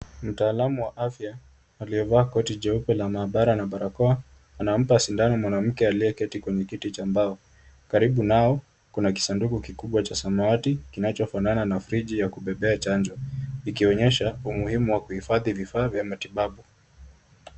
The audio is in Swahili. Mtaalamu wa afya aliyevaa koti jeupe la maabara na barakoa, anampa sindano mwanamke aliyeketi kwenye kiti cha mbao, karibu nao kuna kisanduku kubwa ya samawati kinachofanana na friji ya kubebea chanjo, ikionyesha umuhimu wa kuhifadhi vifaa vya matibabu.